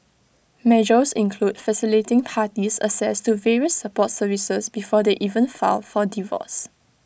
measures include facilitating parties access to various support services before they even file for divorce